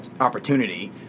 opportunity